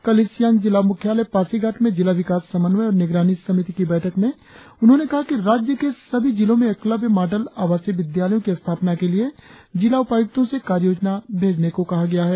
कल ईस्ट सियांग जिला मुख्यालय पासीघाट में जिला विकास समन्वय और निगरानी समिति की बैठक में उन्होंने कहा कि राज्य के सभी जिलों में एकलव्य मॉडल आवासीय विद्यालयों की स्थापना के लिए जिला उपायुक्तों से कार्ययोजना भेजने को कहा गया है